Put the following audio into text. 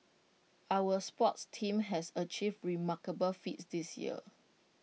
our sports teams has achieved remarkable feats this year